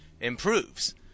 improves